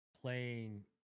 playing